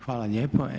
Hvala lijepo.